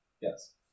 Yes